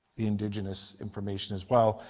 the indigenous information as well.